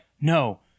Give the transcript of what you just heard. No